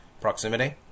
proximity